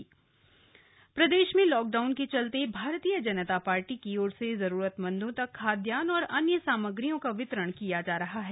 भाजपा समाज सेवा प्रदेश में लॉकडाउन के चलते भारतीय जनता पार्टी की ओर से जरूरतमंदों तक खाद्यान्न और अन्य सामग्रियों का वितरण किया जा रहा है